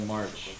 March